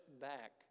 back